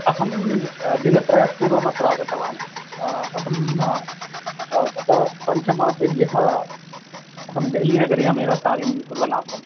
अहं दिनत्रयात् पूर्वम् अत्र आगतवान् अहं तत पञ्चमासेभ्यः अहं देल्लीनगर्यामेव कार्यं कुर्वन् आसम्